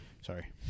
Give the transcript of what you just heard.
Sorry